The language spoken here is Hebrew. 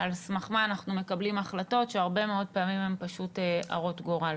על סמך מה אנחנו מקבלים החלטות כשהרבה מאוד פעמים הן פשוט הרות גורל.